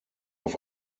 auf